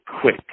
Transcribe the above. quick